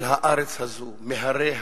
של הארץ הזאת, מהריה,